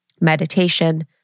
meditation